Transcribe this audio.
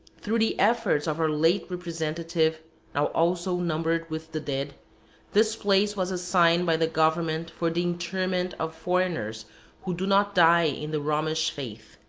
through the efforts of our late representative now also numbered with the dead this place was assigned by the government for the interment of foreigners who do not die in the romish faith.